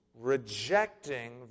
rejecting